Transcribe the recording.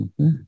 okay